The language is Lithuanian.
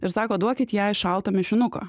ir sako duokit jai šaltą mišinuką